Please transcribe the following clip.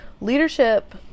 leadership